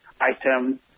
item